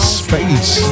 space